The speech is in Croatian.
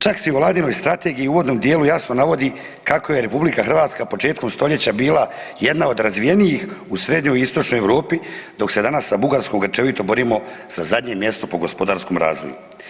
Čak se u Vladinoj strategiji u uvodnom dijelu jasno navodi kako je Republika Hrvatska početkom stoljeća bila jedna od razvijenijih u srednjoj i istočnoj Europi dok se danas sa Bugarskom grčevito borimo za zadnje mjesto po gospodarskom razvoju.